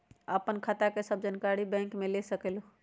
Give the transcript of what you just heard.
आपन खाता के सब जानकारी बैंक से ले सकेलु?